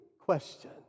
question